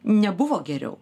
nebuvo geriau